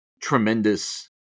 tremendous